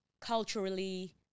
culturally